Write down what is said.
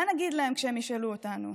מה נגיד להם כשהם ישאלו אותנו?